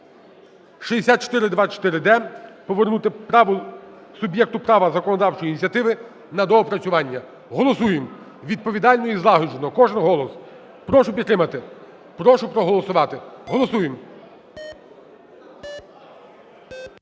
6424-д повернути суб'єкту права законодавчої ініціативи на доопрацювання. Голосуємо відповідально і злагоджено, кожен голос. Прошу підтримати. Прошу проголосувати. Голосуємо.